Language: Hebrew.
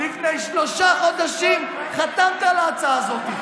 לפני שלושה חודשים חתמתם על ההצעה הזאת.